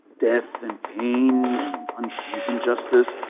death, and pain and and injustice,